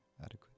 adequate